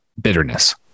bitterness